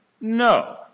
No